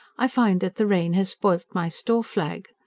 i find that the rain has spoilt my store flag.